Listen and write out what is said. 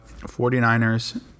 49ers